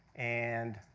and